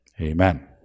amen